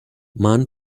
man